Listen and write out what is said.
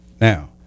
Now